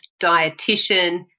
dietitian